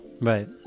Right